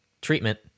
treatment